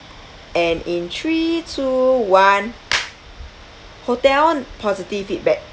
and in three two one hotel positive feedback